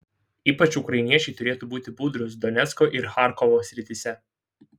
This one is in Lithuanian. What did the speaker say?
ypač ukrainiečiai turėtų būti budrūs donecko ar charkovo srityse